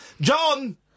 John